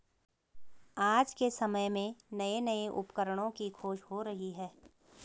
आज के समय में नये नये उपकरणों की खोज हो रही है